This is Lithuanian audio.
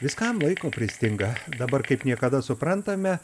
viskam laiko pristinga dabar kaip niekada suprantame